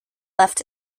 left